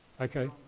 Okay